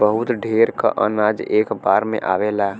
बहुत ढेर क अनाज एक बार में आवेला